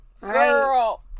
Girl